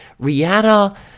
Rihanna